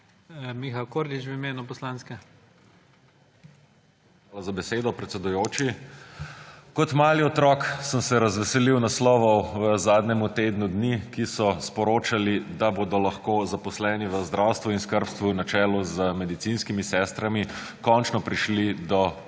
(PS Levica):** Hvala za besedo, predsedujoči. Kot mali otrok sem se razveselil naslovov v zadnjem tednu dni, ki so sporočali, da bodo lahko zaposleni v zdravstvu in skrbstvu, na čelu z medicinskimi sestrami, končno prišli do povišice,